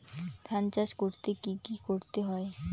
ধান চাষ করতে কি কি করতে হয়?